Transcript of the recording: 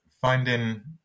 finding